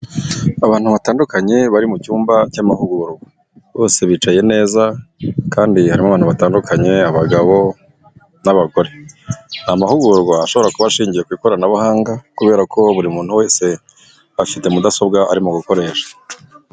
Abantu batandukanye bari mu cyumba cy'amahugurwa, bose bicaye neza kandi harimo abantu batandukanye, abagabo n'abagore. Ni amahugurwa ashobora kuba ashingiye ku ikoranabuhanga, kubera ko buri muntu wese afite mudasobwa arimo gukoresha.